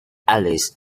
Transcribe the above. allies